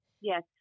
yes